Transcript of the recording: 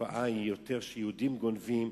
התופעה היא שיהודים גונבים,